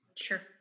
Sure